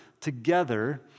together